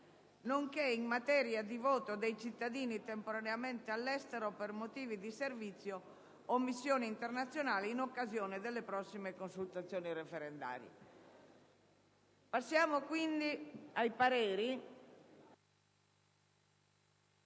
nonché in materia di voto dei cittadini temporaneamente all'estero per motivi di servizio o per missioni internazionali in occasione delle prossime consultazioni referendarie. Passiamo all'esame